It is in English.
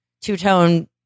two-tone